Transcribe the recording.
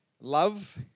love